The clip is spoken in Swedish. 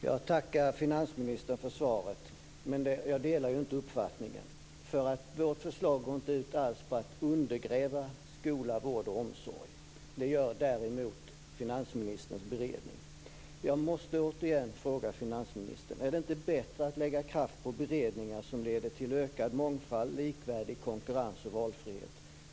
Herr talman! Jag tackar finansministern för svaret, men jag delar inte uppfattningen. Vårt förslag går inte alls ut på att undergräva skola, vård och omsorg. Det gör däremot finansministerns beredning. Jag måste återigen fråga finansministern: Är det inte bättre att lägga kraft på beredningar som leder till ökad mångfald, likvärdig konkurrens och valfrihet?